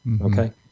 okay